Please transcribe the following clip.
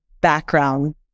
background